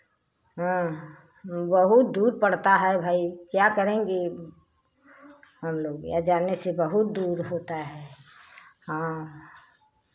हाँ बहुत दूर पड़ता है भाई क्या करेंगे हम लोग या जाने से बहुत दूर होता है हाँ